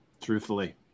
truthfully